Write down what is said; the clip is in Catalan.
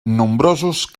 nombrosos